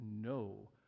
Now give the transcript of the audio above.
no